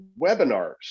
webinars